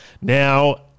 Now